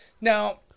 Now-